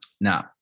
Now